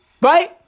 Right